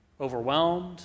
overwhelmed